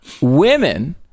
Women